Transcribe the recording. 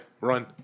Run